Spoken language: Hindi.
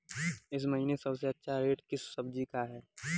इस महीने सबसे अच्छा रेट किस सब्जी का है?